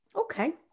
Okay